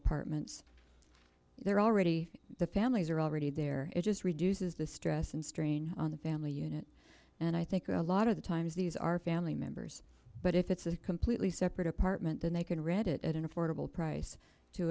apartments there already the families are already there it just reduces the stress and strain on the family unit and i think a lot of the times these are family members but if it's a completely separate apartment then they can read it at an affordable price to